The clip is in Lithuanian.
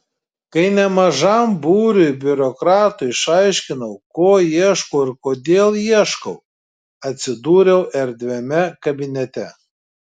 kai nemažam būriui biurokratų išaiškinau ko ieškau ir kodėl ieškau atsidūriau erdviame kabinete